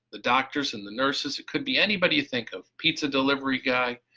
the doctors and the nurses. it could be anybody. think of pizza delivery guy,